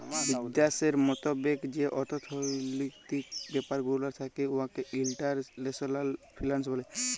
বিদ্যাশের মতাবেক যে অথ্থলৈতিক ব্যাপার গুলা থ্যাকে উয়াকে ইল্টারল্যাশলাল ফিল্যাল্স ব্যলে